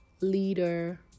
leader